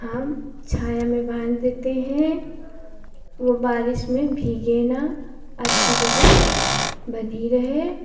हम छाया में बाँध देते हैं वो बारिश में भीगे ना अच्छी जगह बँधी रहे